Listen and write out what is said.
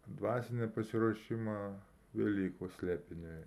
dvasinį pasiruošimą velykų slėpinį